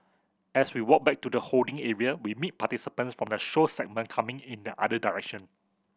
as we walk back to the holding area we meet participants from the show segment coming in the other direction